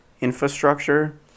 infrastructure